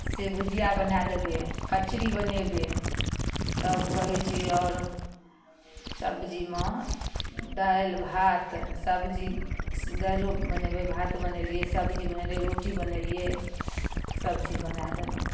से भुजिया बनाए देबै कचड़ी बनेबै तब कहै छी आओर सब्जीमे दालि भात सब्जी दालिओ बनेबै भात बनेलियै सब्जी बनेलियै रोटी बनेलियै सभचीज बनाए देलहुँ